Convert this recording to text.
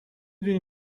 دونی